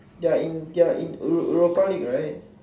they are in they are in europa league right